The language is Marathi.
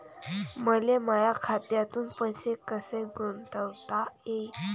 मले माया खात्यातून पैसे कसे गुंतवता येईन?